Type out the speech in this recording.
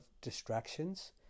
distractions